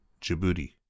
Djibouti